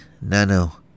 Nano